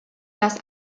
das